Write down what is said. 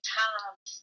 times